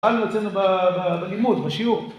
התחלנו לצאת בלימוד, בשיעור